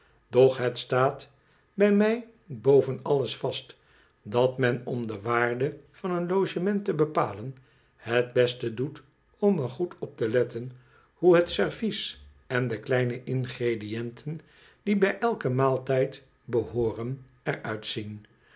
liet staat bij mij boven alles vast dat men om de waarde van een logement te bepalen het beste doet om er goed op te letten hoe het servies en de kleine ingrediënten die bij eiken maaltijd behooren